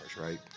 right